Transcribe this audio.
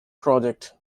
project